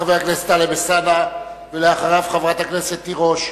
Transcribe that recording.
חבר הכנסת טלב אלסאנע, ואחריו, חברת הכנסת תירוש.